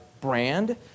brand